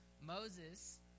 Moses